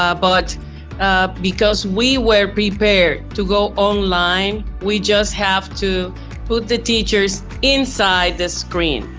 ah but because we were prepared to go online, we just have to put the teachers inside the screen,